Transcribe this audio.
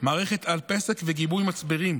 מערכת אל-פסק וגיבוי מצברים,